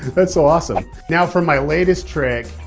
that's so awesome. now for my latest trick,